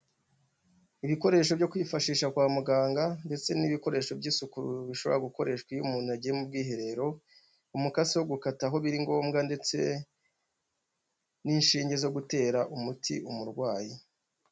Ibikoresho byo kwifashisha kwa muganga ndetse n'ibikoresho by'isuku bishobora gukoreshwa iyo umuntu agiye mu bwiherero, umukasi wo gukata aho biri ngombwa ndetse n'inshinge zo gutera umuti umurwayi.